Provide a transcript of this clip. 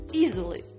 easily